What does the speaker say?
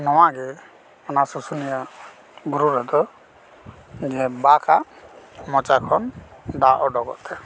ᱱᱚᱣᱟᱜᱮ ᱚᱱᱟ ᱥᱩᱥᱩᱱᱤᱭᱟᱹ ᱵᱩᱨᱩ ᱨᱮᱫᱚ ᱡᱮ ᱵᱟᱠᱟᱜ ᱢᱚᱪᱟ ᱠᱷᱚᱱ ᱫᱟᱜ ᱚᱰᱚᱠᱚᱜ ᱛᱟᱭᱟ